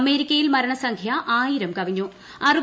അമേരിക്കയിൽ മരണസംഖ്യ ആയിരം കവിഞ്ഞു